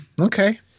okay